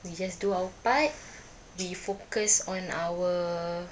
we just do our part we focus on our